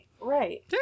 right